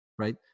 Right